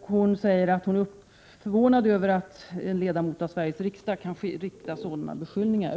Hon säger att hon är förvånad över att en ledamot av Sveriges riksdag kan framföra sådana beskyllningar.